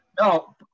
no